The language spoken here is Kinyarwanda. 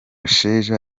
sheja